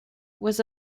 was